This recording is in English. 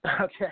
Okay